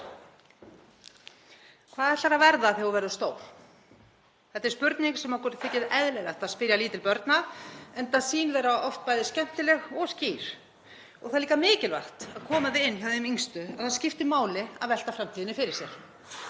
Hvað ætlar þú að verða þegar þú verður stór? Þetta er spurning sem okkur þykir eðlilegt að spyrja lítil börn, enda sýn þeirra oft bæði skemmtileg og skýr, og það er líka mikilvægt að koma því inn hjá þeim yngstu að það skiptir máli að velta framtíðinni fyrir sér.